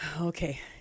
Okay